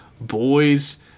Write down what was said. Boys